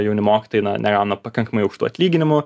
jauni mokytojai na negauna pakankamai aukštų atlyginimų